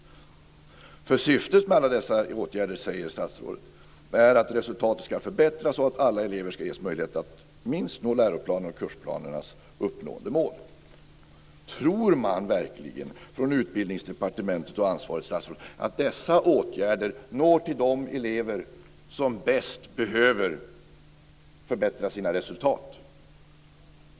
Syftet med alla dessa åtgärder, säger statsrådet, är nämligen att resultatet ska förbättras och att alla elever ska ges möjlighet att minst nå läroplanens och kursplanernas uppnåendemål. Tror man verkligen från Utbildningsdepartementet och ansvarigt statsråd att dessa åtgärder når till de elever som mest behöver förbättra sina resultat?